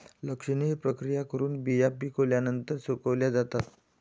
लक्षणीय प्रक्रिया करून बिया पिकल्यानंतर सुकवल्या जातात